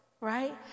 right